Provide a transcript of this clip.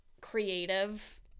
creative